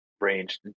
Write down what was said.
range